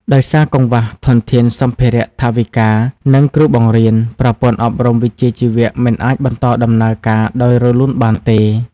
ដោយសារកង្វះធនធានសម្ភារៈ ថវិកា និងគ្រូបង្រៀន ប្រព័ន្ធអប់រំវិជ្ជាជីវៈមិនអាចបន្តដំណើរការដោយរលូនបានទេ។